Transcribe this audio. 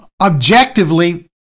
Objectively